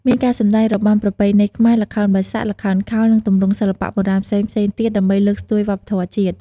មានការសម្តែងរបាំប្រពៃណីខ្មែរ ល្ខោនបាសាក់ ល្ខោនខោល និងទម្រង់សិល្បៈបុរាណផ្សេងៗទៀត ដើម្បីលើកស្ទួយវប្បធម៌ជាតិ។